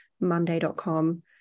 monday.com